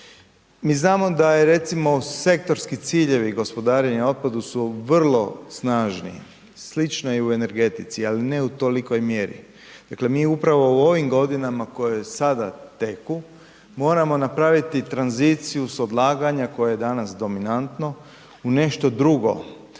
Mi znamo da recimo sektorski ciljevi gospodarenja otpadom su vrlo snažni, slično je i u energetici ali ne u toliko mjeri, dakle mi upravo u ovim godinama koje sada teku, moramo napraviti tranziciju s odlaganja koje je danas dominantno u nešto drugo,